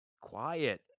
quiet